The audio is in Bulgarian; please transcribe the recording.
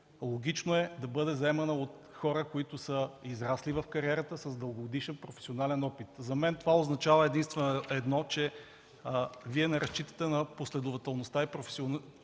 логично да бъде заемана от хора, които са израснали в кариерата, които са с дългогодишен професионален опит. За мен това означава само едно, че Вие не разчитате на последователността и професионализма